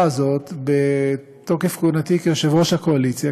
הזאת בתוקף כהונתי כיושב-ראש הקואליציה,